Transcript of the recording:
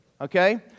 Okay